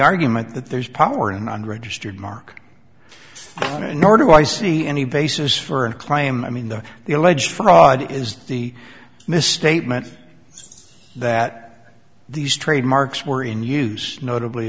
argument that there is power in unregistered mark nor do i see any basis for and claim i mean the the alleged fraud is the misstatement that these trademarks were in use notably